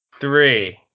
three